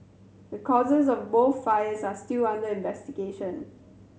the causes of both fires are still under investigation